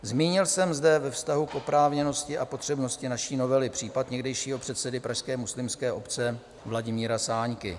Zmínil jsem zde ve vztahu k oprávněnosti a potřebnosti naší novely případ někdejšího předsedy pražské muslimské obce Vladimíra Sáňky.